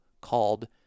called